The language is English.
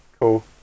Cool